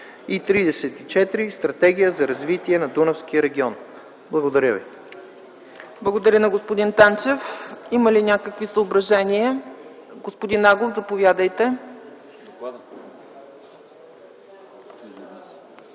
34. Стратегия за развитие на Дунавския регион.” Благодаря ви. ПРЕДСЕДАТЕЛ ЦЕЦКА ЦАЧЕВА: Благодаря на господин Танчев. Има ли някакви съображения? Господин Агов, заповядайте.